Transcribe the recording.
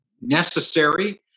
necessary